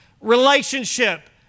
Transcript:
relationship